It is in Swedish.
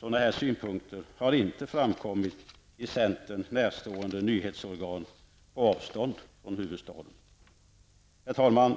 Sådana synpunkter har inte framkommit i centern närstående nyhetsorgan på avstånd från huvudstaden. Herr talman!